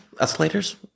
escalators